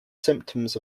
symptoms